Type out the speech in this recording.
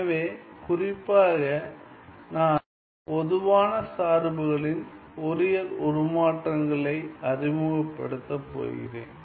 எனவே குறிப்பாக நான் பொதுவான சார்புகளின் ஃபோரியர் உருமாற்றங்களை அறிமுகப்படுத்தப் போகிறேன்